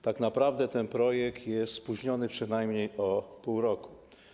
Tak naprawdę ten projekt jest spóźniony przynajmniej o pół roku.